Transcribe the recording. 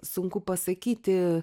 sunku pasakyti